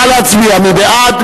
נא להצביע, מי בעד?